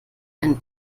einen